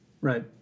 Right